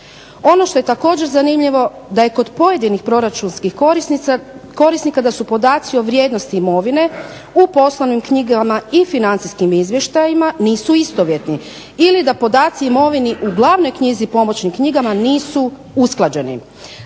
Ono što je također zanimljivo da je kod pojedinih proračunskih korisnika, da su podaci o vrijednosti imovine u poslovnim knjigama i financijskim izvještajima nisu istovjetni ili da podaci o imovini u Glavnoj knjizi i pomoćnim knjigama nisu usklađeni.